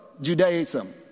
Judaism